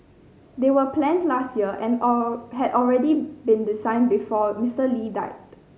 they were planned last year and all had already been designed before Mister Lee died